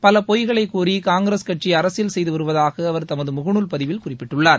பல பொய்களை கூறி காங்கிரஸ் கட்சி அரசியல் செய்து வருவதாக அவர் தமது முகநூல் பதிவில் குறிப்பிட்டுள்ளார்